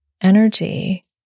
energy